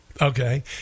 Okay